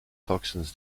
toxins